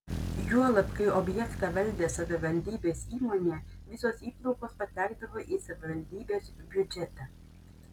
juolab kai objektą valdė savivaldybės įmonė visos įplaukos patekdavo į savivaldybės biudžetą